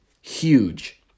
Huge